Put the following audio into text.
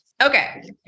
Okay